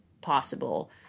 possible